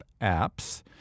apps